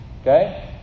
Okay